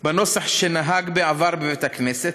בנוסח שנהג בעבר בבית-הכנסת.